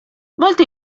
molte